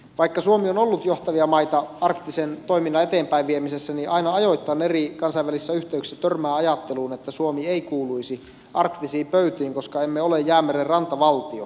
vaikka suomi on ollut johtavia maita arktisen toiminnan eteenpäinviemisessä niin aina ajoittain eri kansainvälisissä yhteyksissä törmää ajatteluun että suomi ei kuuluisi arktisiin pöytiin koska emme ole jäämeren rantavaltio